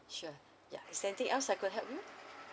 sure ya is there anything else I could help you